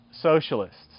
socialists